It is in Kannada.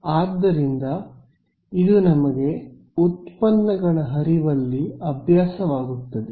ಆದ್ದರಿಂದ ಇದು ನಮಗೆ ಉತ್ಪನ್ನಗಳ ಹರಿವಲ್ಲಿ ಅಭ್ಯಾಸವಾಗುತ್ತದೆ